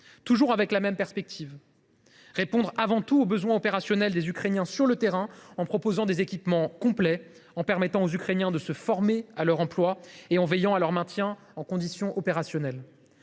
toujours dans la même perspective : répondre avant tout aux besoins opérationnels des Ukrainiens sur le terrain en leur proposant des équipements complets, en leur permettant de se former à leur emploi et en veillant à leur maintien en condition opérationnelle.